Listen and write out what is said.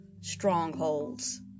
strongholds